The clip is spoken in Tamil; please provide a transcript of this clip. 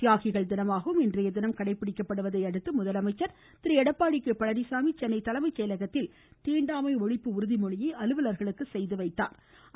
தியாகிகள் தினமாகவும் இன்றைய தினம் கடைபிடிக்கப்படுவதையடுத்து முதலமைச்சர் திரு எடப்பாடி கே பழனிச்சாமி சென்னை தலைமைச் செயலகத்தில் தீண்டாமை ஒழிப்பு உறுதிமொழியை செய்துவைத்தாா்